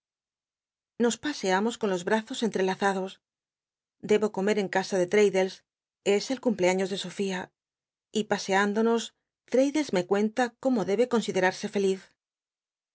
nos paseamos con los brazos entelazaclos debo comer en casa ele l'raddles es el cumpleaños de sofia y paseándonos l'raddlcs me cuenta como debe considerar se feliz